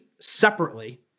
separately